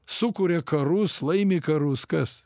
sukuria karus laimi karus kas